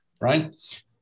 Right